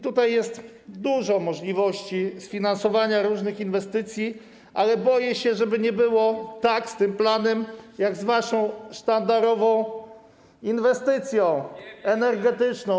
Tutaj jest dużo możliwości sfinansowania różnych inwestycji, ale boję się, żeby nie było z tym planem tak, jak z waszą sztandarową inwestycją energetyczną.